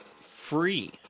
free